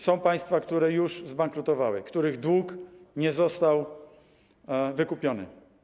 Są państwa, które już zbankrutowały, których dług nie został wykupiony.